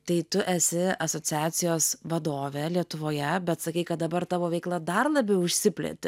tai tu esi asociacijos vadovė lietuvoje bet sakei kad dabar tavo veikla dar labiau išsiplėtė